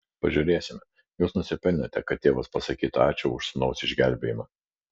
pažiūrėsime jūs nusipelnėte kad tėvas pasakytų ačiū už sūnaus išgelbėjimą